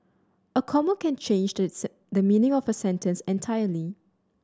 a comma can change the the meaning of a sentence entirely